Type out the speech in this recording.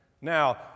Now